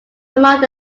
among